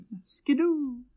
Skidoo